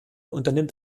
unternimmt